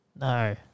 No